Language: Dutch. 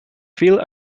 veel